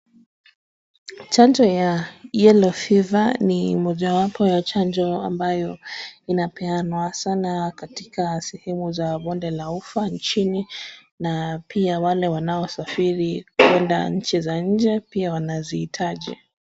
Chanjo ya yellow fever in mojawapo ya chanjo ambayo inapeanwa sana katika sehemu za bonde la ufa nchini na pia wale wanaosafiri kwenda nchi za nje pia wanahitaji.